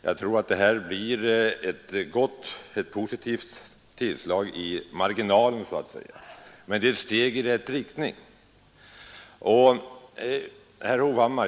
Jag tror att det blir ett gott tillskott i marginalen, och att det är ett steg i rätt riktning.